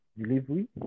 delivery